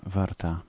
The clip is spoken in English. warta